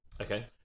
Okay